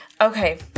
Okay